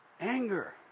Anger